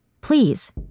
Please